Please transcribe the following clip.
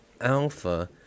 alpha